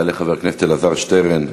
יעלה חבר הכנסת אלעזר שטרן,